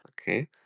Okay